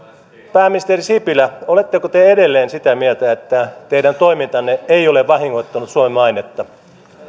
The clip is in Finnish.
pääministeri sipilä oletteko te edelleen sitä mieltä että teidän toimintanne ei ole vahingoittanut suomen mainetta